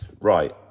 Right